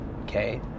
Okay